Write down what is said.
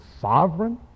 sovereign